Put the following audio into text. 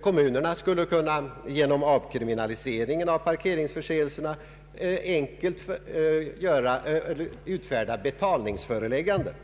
Kommunerna skulle genom avkriminaliseringen av parkeringsförseelserna enkelt kunna utfärda betalningsförelägganden.